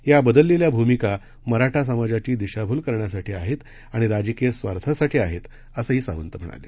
या बदललेल्या भूमिका मराठा समाजाची दिशाभूल करण्यासाठी आहेत आणि राजकीय स्वार्थासाठी आहेत असंही सावंत म्हणाले